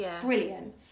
brilliant